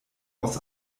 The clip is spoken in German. aus